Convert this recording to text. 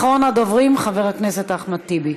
אחרון הדוברים חבר הכנסת אחמד טיבי.